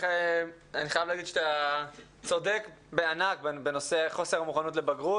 אני חייב להגיד שאתה צודק בענק בנושא חוסר המוכנות לבגרות,